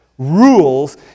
rules